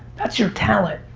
that's your talent.